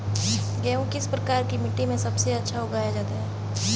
गेहूँ किस प्रकार की मिट्टी में सबसे अच्छा उगाया जाता है?